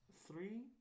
three